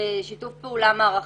שיתוף פעולה מערכתי.